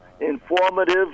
informative